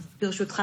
לפקודת בתי הסוהר,